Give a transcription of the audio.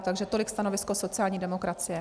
Takže tolik stanovisko sociální demokracie.